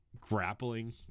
grappling